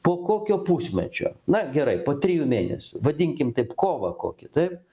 po kokio pusmečio na gerai po trijų mėnesių vadinkim taip kovą kokį taip